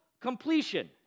completion